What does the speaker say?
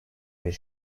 bir